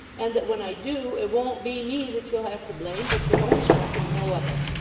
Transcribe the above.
and that when i do, it won't be me that you'll have to blame, but your own self, and no other